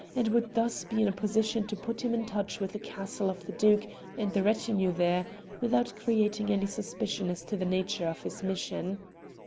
and would thus be in a position to put him in touch with the castle of the duke and the retinue there without creating any suspicion as to the nature of his mission.